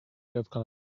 columbia